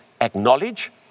acknowledge